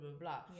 blah